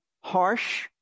harsh